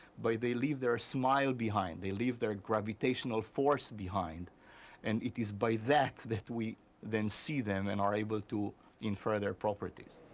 they leave their smile behind. they leave their gravitational force behind and it is by that that we then see them and are able to infer their properties.